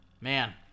Man